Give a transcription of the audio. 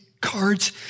cards